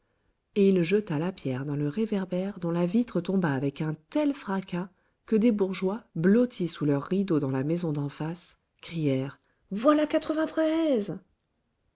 et il jeta la pierre dans le réverbère dont la vitre tomba avec un tel fracas que des bourgeois blottis sous leurs rideaux dans la maison d'en face crièrent voilà quatre-vingt-treize